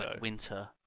winter